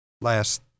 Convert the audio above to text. last